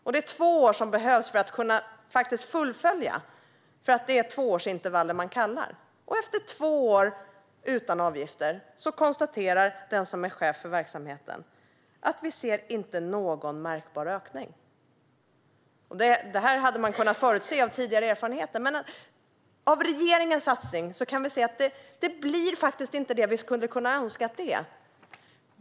Det är två år som behövs för att kunna fullfölja det hela, eftersom kallelserna sker med tvåårsintervall. Efter två år utan avgifter konstaterar chefen för verksamheten att man inte ser någon märkbar ökning. Detta hade vi kunnat förutse utifrån tidigare erfarenheter. Av regeringens satsning kan vi se att det inte blir vad vi skulle kunna önska att det var.